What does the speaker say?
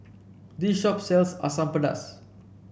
this shop sells Asam Pedas